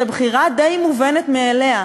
זו בחירה די מובנת מאליה,